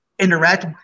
interact